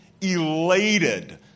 elated